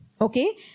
Okay